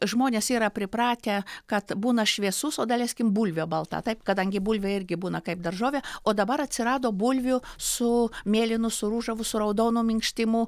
žmonės yra pripratę kad būna šviesus o daleiskim bulvė balta taip kadangi bulvė irgi būna kaip daržovė o dabar atsirado bulvių su mėlynu su ružavu su raudonu minkštimu